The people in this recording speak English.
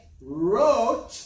wrote